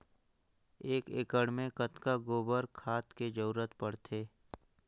एक एकड़ मे कतका गोबर खाद के जरूरत पड़थे?